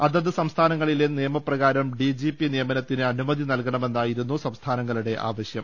അതാത് സംസ്ഥാനങ്ങളിലെ നിയമപ്രകാരം ഡിജിപി നിയമനത്തിന് അനുമതി നൽകണമെന്നായിരുന്നു സംസ്ഥാനങ്ങ ളുടെ ആവശ്യം